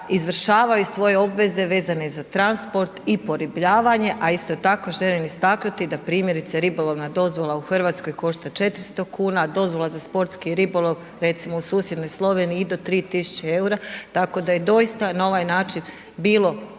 izvršavaju svoje obveze vezane za transport i poribljavanje. A isto tako želim istaknuti da primjerice ribolovna dozvola u Hrvatskoj košta 400 kuna a dozvola za sportski ribolov recimo u susjednoj Sloveniji i do 3 tisuće eura. Tako da je doista na ovaj način bilo